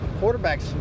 quarterbacks